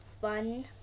fun